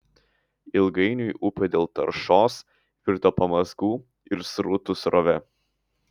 ilgainiui upė dėl taršos virto pamazgų ir srutų srove